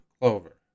clover